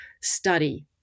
study